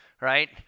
right